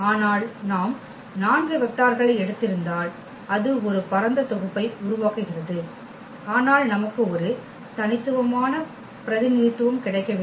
ஆனால் நாம் 4 வெக்டார்களை எடுத்திருந்தால் அது ஒரு பரந்த தொகுப்பை உருவாக்குகிறது ஆனால் நமக்கு ஒரு தனித்துவமான பிரதிநிதித்துவம் கிடைக்கவில்லை